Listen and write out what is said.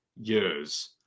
years